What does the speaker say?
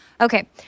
okay